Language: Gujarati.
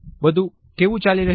બધું કેવું ચાલી રહ્યું છે